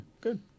Good